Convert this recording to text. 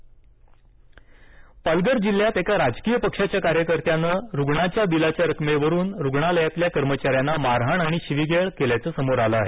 Palghar doctor मारहाण पालघर जिल्ह्यात एका राजकीय पक्षाच्या कार्यकर्त्याने रुग्णाच्या बिलाच्या रकमेवरुन रुग्णालयातल्या कर्मचाऱ्यांना मारहाण आणि शिवीगाळ केल्याचं समोर येत आहे